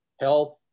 health